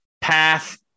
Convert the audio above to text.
path